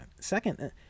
Second